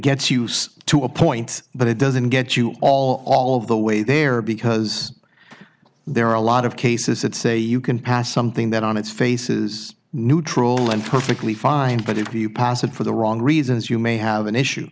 gets use to a point but it doesn't get you all the way there because there are a lot of cases that say you can pass something that on its face is neutral and perfectly fine but if you pass it for the wrong reasons you may have an issue